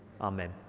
Amen